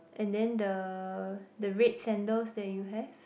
and then the the red sandals that you have